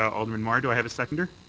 alderman mar. do i have a seconder?